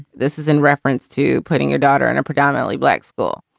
this is in reference to putting your daughter in a predominately black school.